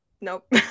Nope